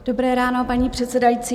Dobré ráno, paní předsedající.